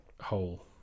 whole